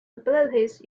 abilities